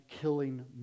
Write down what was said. killing